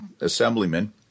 assemblyman